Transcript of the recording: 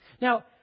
Now